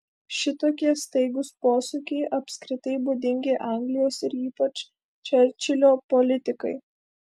šitokie staigūs posūkiai apskritai būdingi anglijos ir ypač čerčilio politikai